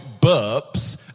burps